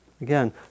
Again